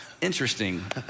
interesting